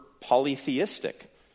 polytheistic